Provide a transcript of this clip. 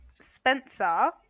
Spencer